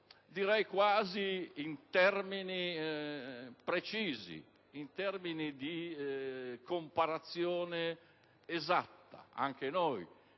direi quasi in termini precisi, di comparazione esatta. Anche noi